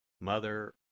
Mother